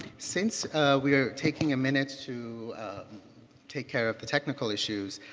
since we are taking a minute to take care of the technical issues,